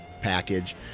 package